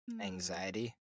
Anxiety